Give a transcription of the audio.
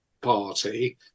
party